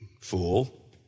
Fool